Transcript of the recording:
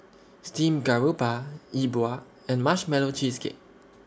Steamed Garoupa Yi Bua and Marshmallow Cheesecake